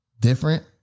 different